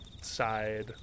side